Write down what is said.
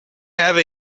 have